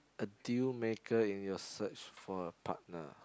a deal maker in your search for a partner